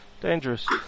dangerous